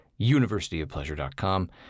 universityofpleasure.com